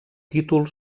títol